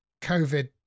COVID